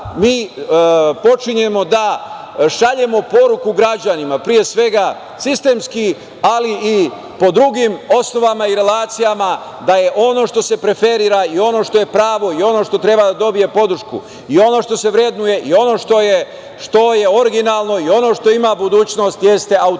mi počinjemo da šaljemo poruku građanima, pre svega sistemski, ali i po drugim osnovama i relacijama da je ono što se preferira i ono što je pravo i ono što treba da dobije podršku i ono što se vrednuje i ono što je originalno i ono što ima budućnost jeste autentičnost